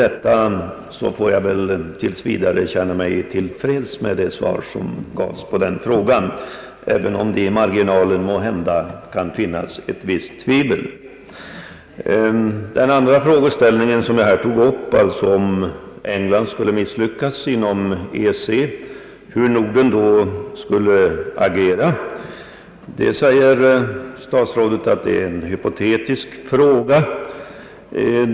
Jag får väl tills vidare känna mig till freds med det svar som gavs på den frågan, även om det i marginalen måhända kan göras en anteckning om ett visst tvivel. Den andra frågan, som jag här tog upp, var hur Norden skulle agera om England skulle misslyckas när det gäller EEC. Herr statsrådet säger att det är en hypotetisk fråga.